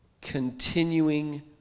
continuing